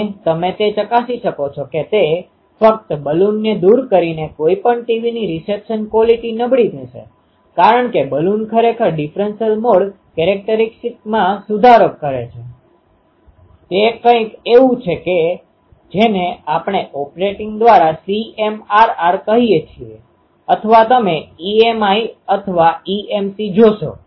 અને તમે તે ચકાસી શકો છો કે ફક્ત બલૂનને દૂર કરીને કોઈપણ ટીવીની રિસેપ્શન ક્વોલીટીqualityગુણવત્તા નબળી થશે કારણ કે બલૂન ખરેખર ડિફરન્સલ મોડ કેરેક્ટરીસ્ટીક્સ characteristicલાક્ષણિકતામાં સુધારો કરે છે તે કંઈક એવું છે કે જેને આપણે ઓપરેટિંગ દ્વારા CMRR કહીએ છીએ અથવા તમે EMI EMC જોશો